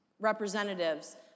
representatives